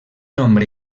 nombre